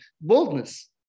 boldness